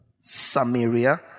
Samaria